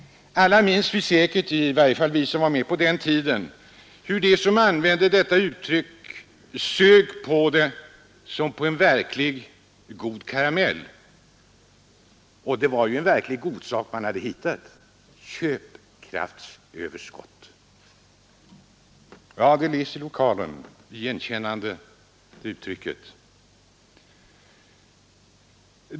Alla minns vi säkert — vi som var med på den tiden — hur de som använde detta uttryck sög på det som på en verkligt god karamell. Det var också en godsak man hade hittat. ”Köpkraftsöverskott.” Kammaren ler. Uttrycket känns igen.